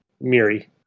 Miri